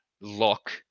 lock